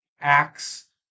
Acts